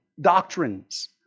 doctrines